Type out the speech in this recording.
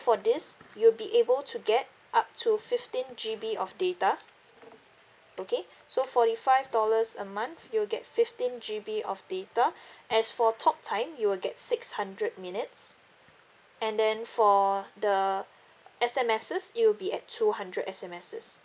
for this you'll be able to get up to fifteen G_B of data okay so forty five dollars a month you'll get fifteen G_B of data as for talk time you'll get six hundred minutes and then for the S_M_Ses it'll be at two hundred S_M_Ses